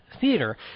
Theater